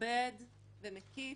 מכבד ומקיף.